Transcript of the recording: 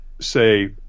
say